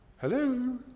Hello